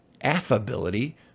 Affability